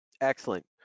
Excellent